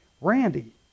Randy